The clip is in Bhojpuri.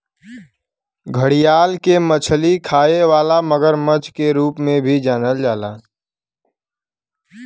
घड़ियाल के मछली खाए वाला मगरमच्छ के रूप में भी जानल जाला